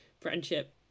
friendship